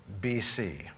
BC